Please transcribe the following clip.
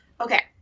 Okay